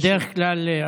בדרך כלל,